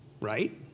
Right